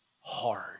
hard